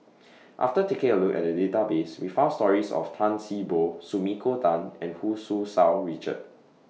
after taking A Look At The Database We found stories of Tan See Boo Sumiko Tan and Hu Tsu Tau Richard